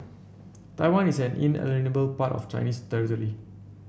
Taiwan is an inalienable part of Chinese territory